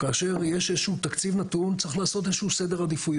כאשר יש איזה שהוא תקציב נתון צריך לעשות איזה שהוא סדר עדיפויות.